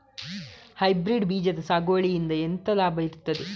Hybrid ಬೀಜದ ಸಾಗುವಳಿಯಿಂದ ಎಂತ ಲಾಭ ಇರ್ತದೆ?